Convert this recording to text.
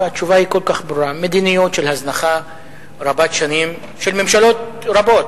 והתשובה היא כל כך ברורה: מדיניות של הזנחה רבת-שנים של ממשלות רבות,